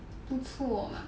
不错 mah